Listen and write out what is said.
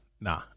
nah